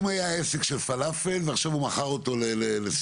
אם היה עסק פלאפל ועכשיו הוא מכר אותו לסימון